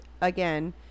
again